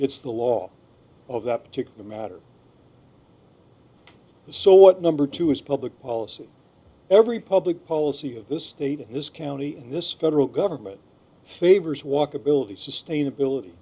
it's the law of that particular matter so what number two is public policy every public policy of this state in this county and this federal government favors walkability sustainability